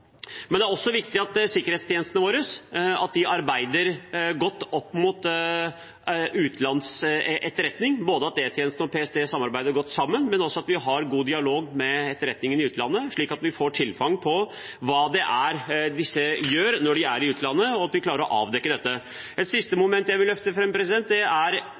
Men det er også viktig at sikkerhetstjenesten vår arbeider godt opp mot etterretningen i utlandet, at E-tjenesten og PST samarbeider godt, og også at vi har god dialog med etterretningen i utlandet, slik at vi får tilgang på hva det er disse gjør når de er i utlandet, at vi klarer å avdekke dette. Et siste moment jeg vil løfte fram, er